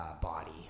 body